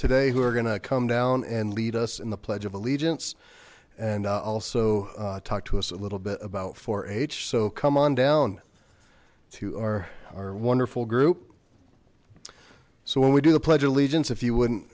today who are going to come down and lead us in the pledge of allegiance and also talk to us a little bit about four h so come on down to our wonderful group so when we do the pledge allegiance if you wouldn't